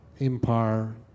empire